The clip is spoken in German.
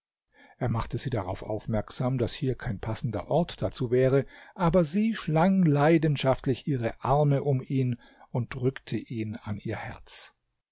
er machte sie darauf aufmerksam daß hier kein passender ort dazu wäre aber sie schlang leidenschaftlich ihre arme um ihn und drückte ihn an ihr herz